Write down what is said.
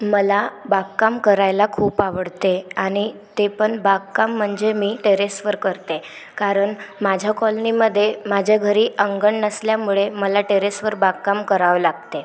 मला बागकाम करायला खूप आवडते आणि ते पण बागकाम म्हणजे मी टेरेसवर करते कारण माझ्या कॉलनीमध्ये माझ्या घरी अंगण नसल्यामुळे मला टेरेसवर बागकाम करावं लागते